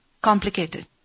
complicated